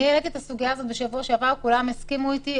העליתי את הסוגיה הזאת בשבוע שעבר וכולם הסכימו איתי.